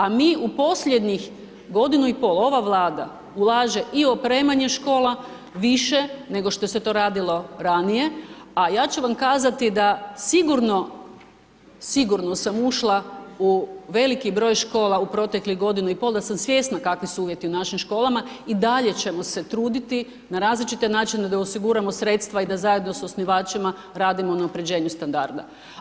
A mi u posljednjih godinu i pol, ova Vlada ulaže i u opremanje škola, više nego što se to radilo ranije, a ja ću vam kazati da sigurno, sigurno sam ušla u veliki broj škola u proteklih godinu i pol, da sam svjesna kakvi su uvjeti u našim školama, i dalje ćemo se truditi na različite načine da osiguramo sredstva i da zajedno s osnivačima radimo na unaprjeđenju standarda.